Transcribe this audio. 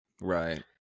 Right